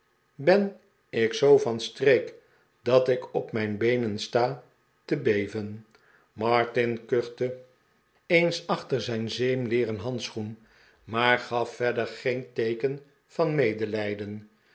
ben ik zoo van streek dat ik op mijn beenen sta te beven martin kuchte eens achter zijn zeemleeren handschoen maar gaf verder geen teeken van medelijden